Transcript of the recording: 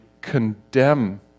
condemn